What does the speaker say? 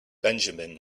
benjamin